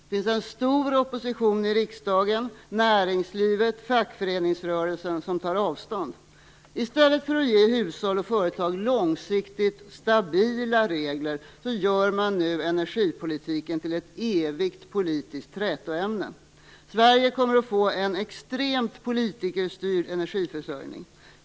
En stor opposition i riksdagen, näringslivet och fackföreningsrörelsen tar avstånd. I stället för att ge hushåll och företag långsiktigt stabila regler gör man nu energipolitiken till ett evigt politiskt trätoämne. Sverige kommer att få en extremt politikerstyrd energiförsörjning.